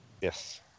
Yes